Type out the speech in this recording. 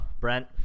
Brent